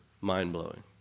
mind-blowing